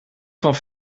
van